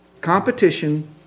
competition